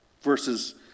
Versus